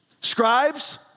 Scribes